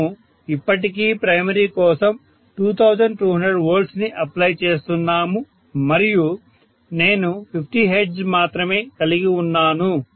మనము ఇప్పటికీ ప్రైమరీ కోసం 2200 V ని అప్లై చేస్తున్నాము మరియు నేను 50 Hz మాత్రమే కలిగి ఉన్నాను